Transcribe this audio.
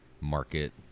market